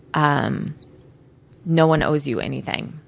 um no one owes you anything.